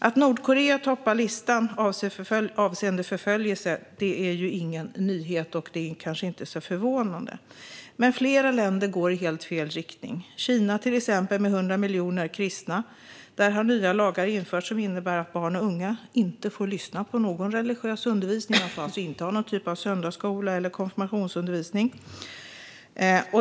Att Nordkorea toppar listan avseende förföljelse är ju ingen nyhet, och det är kanske heller inte så förvånande. Men flera länder går i helt fel riktning. Till exempel har Kina, med 100 miljoner kristna, infört nya lagar som innebär att barn och unga inte får lyssna på någon religiös undervisning. Man får alltså inte ha någon typ av söndagsskola eller konfirmationsundervisning.